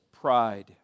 pride